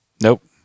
Nope